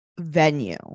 venue